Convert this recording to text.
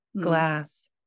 glass